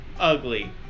ugly